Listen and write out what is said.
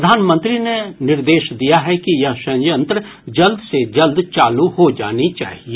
प्रधानमंत्री ने निर्देश दिया है कि यह संयंत्र जल्द से जल्द चालू हो जानी चाहिए